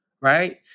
right